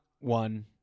one